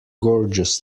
gorgeous